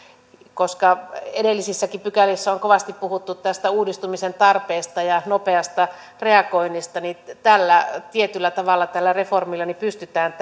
edellisissäkin pykälissä on kovasti puhuttu tästä uudistumisen tarpeesta ja nopeasta reagoinnista ja tietyllä tavalla tällä reformilla pystytään